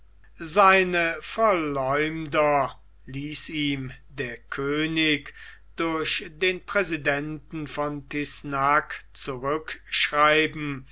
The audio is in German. seine verleumder ließ ihm der könig durch den präsidenten von tyssenacque zurückschreiben